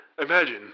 Imagine